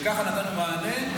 וככה נתנו מענה.